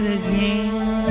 again